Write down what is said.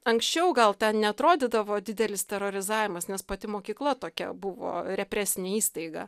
anksčiau gal ten neatrodydavo didelis terorizavimas nes pati mokykla tokia buvo represinė įstaiga